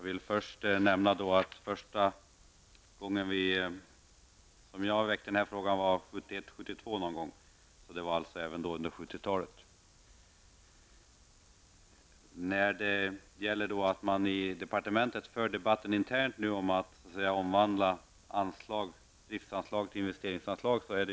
Herr talman! Inledningsvis vill jag säga att jag väckte den här frågan första gången 1971 eller 1972. Det var i alla fall på 1970-talet. Sedan tycker jag att det är hög tid att man i departementet har en debatt internt om att omvandla driftanslag till investeringsanslag.